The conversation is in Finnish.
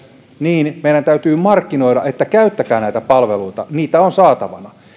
meidän täytyy markkinoida että käyttäkää näitä palveluita niitä on saatavana